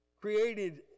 created